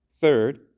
Third